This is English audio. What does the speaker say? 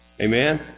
amen